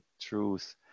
truth